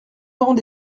laurent